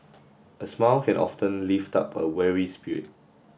a smile can often lift up a weary spirit